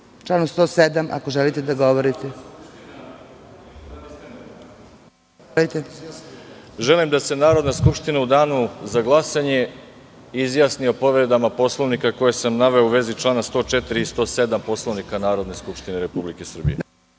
članu 107. ako želite da govorite? **Veroljub Arsić** Želim da se Narodna skupština u danu za glasanje izjasni o povredama Poslovnika koje sam naveo u vezi člana 104. i 107. Poslovnika Narodne skupštine Republike Srbije.